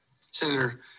Senator